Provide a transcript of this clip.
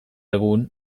egun